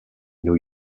new